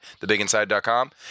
thebiginside.com